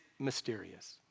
mysterious